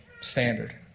standard